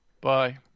Bye